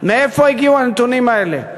מאיפה הגיעו הנתונים האלה,